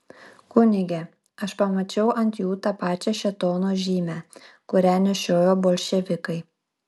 kunige aš pamačiau ant jų tą pačią šėtono žymę kurią nešioja bolševikai